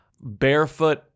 barefoot